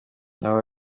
aho